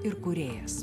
ir kūrėjas